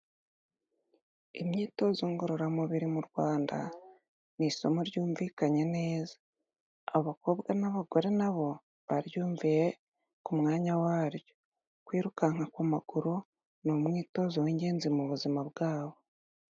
Imyitozo ngororamubiri mu Rwanda ni isomo ryumvikanye neza, abakobwa n'abagore nabo baryumviye ku mwanya waryo, kwirukanka ku maguru ni umwitozo w'ingenzi mu buzima bwabo.